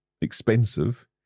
expensive